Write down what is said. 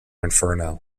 inferno